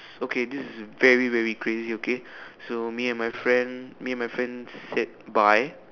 okay this is very very crazy okay so me and my friend me and my friend said bye